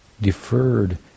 deferred